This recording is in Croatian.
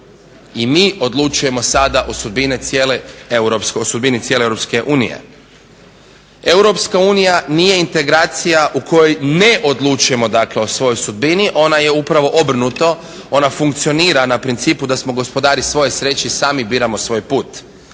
I mi odlučujemo sada o sudbini cijele EU. Europska unija nije integracija u kojoj ne odlučujemo dakle o svojoj sudbini. Ona je upravo obrnuto. Ona funkcionira na principu da smo gospodari svoje sreće i sami biramo svoj put.